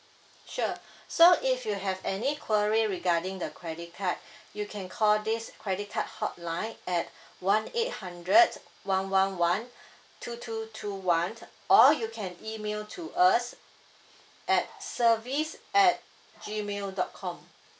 sure so if you have any query regarding the credit card you can call this credit card hotline at one eight hundred one one one two two two one or you can email to us at service at Gmail dot com